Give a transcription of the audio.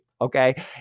okay